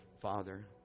Father